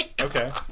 Okay